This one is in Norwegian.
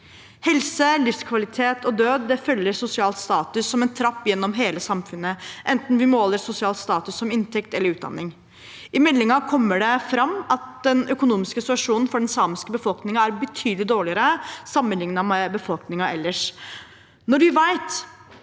Helse, livskvalitet og død følger sosial status som en trapp gjennom hele samfunnet, enten vi måler sosial status som inntekt eller som utdanning. I meldingen kommer det fram at den økonomiske situasjonen for den samiske befolkningen er betydelig dårligere sammenlignet med befolkningen ellers.